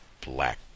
black